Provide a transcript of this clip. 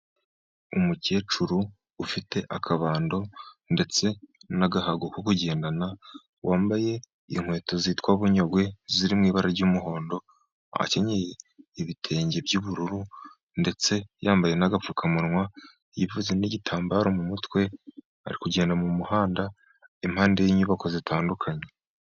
Umukecuru ufite akabando ndetse n'agahago ko kugendana wambaye inkweto zitwa bunyagwe ziri mu ibara ry'umuhondo. Akenyeye ibitenge by'ubururu ndetse yambaye n'agapfukamunwa, yipfutse n'igitambaro mu mutwe, ari kugenda mu muhanda impande y'inyubako zitandukanye.